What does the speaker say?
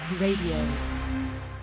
Radio